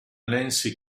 nancy